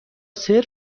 سرو